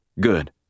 Good